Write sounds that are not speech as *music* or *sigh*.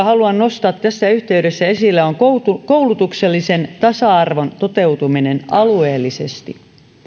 *unintelligible* haluan nostaa tässä yhteydessä esille on koulutuksellisen tasa arvon toteutuminen alueellisesti